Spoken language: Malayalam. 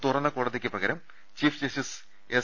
തുറന്ന കോട തിക്ക് പകരം ചീഫ് ജസ്റ്റിസ് എസ്